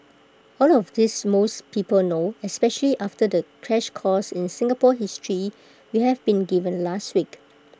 all of this most people know especially after the crash course in Singapore history we have been given last week